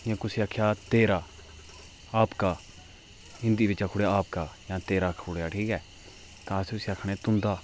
जियां कुसैं गी आखेआ तेरा आपका हिंदी बिच आखूड़ेआ आपका जां तेरा आखूड़ेआ ठीक ऐ ते अस उसी आखने तुंदा